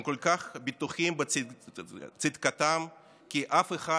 הם כל כך בטוחים בצדקתם, כי אף אחד